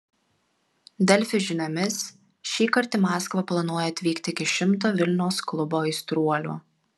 delfi žiniomis šįkart į maskvą planuoja atvykti iki šimto vilniaus klubo aistruolių